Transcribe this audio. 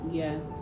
yes